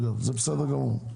זה בסדר גמור.